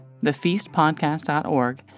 Thefeastpodcast.org